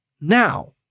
Now